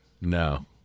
no